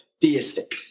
theistic